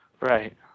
Right